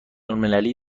المللی